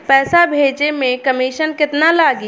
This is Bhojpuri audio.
पैसा भेजे में कमिशन केतना लागि?